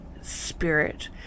spirit